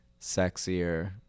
sexier